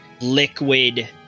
liquid